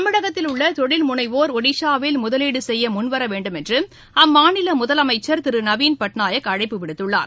தமிழகத்தில் உள்ள தொழில் முனைவோர் ஒடிஸாவில் முதலீடு செய்ய முன்வர வேண்டும் என்று அம்மாநில முதலமைச்சர் திரு நவீன் பட்நாயக் அழைப்பு விடுத்துள்ளார்